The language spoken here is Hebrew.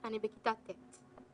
אני בכיתה ט',